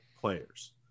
players